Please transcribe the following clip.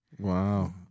Wow